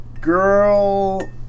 girl